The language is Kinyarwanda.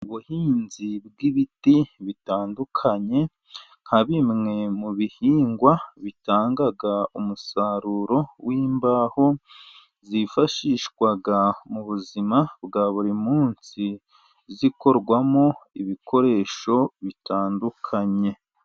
Ubuhinzi bw'ibiti bitandukanye, nka bimwe mu bihingwa bitanga umusaruro w'imbaho, zifashishwa mu buzima bwa buri munsi, zikorwamo ibikoresho bitandukanye.